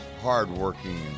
hardworking